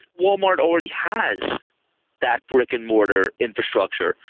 walmart already has that brick-and-mortar infrastructure.